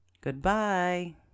Goodbye